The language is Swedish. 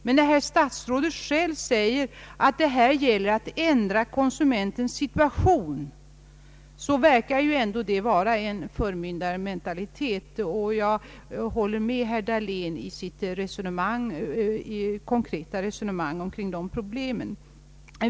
Men när statsrådet säger att det här gäller att ändra konsumentens situation, verkar ju detta vara ett uttryck för förmyndarmentalitet, och jag håller med herr Dahlén om vad han sagt i sitt konkreta resonemang om dessa problem.